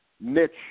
niche